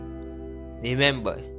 Remember